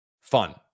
fun